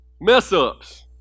mess-ups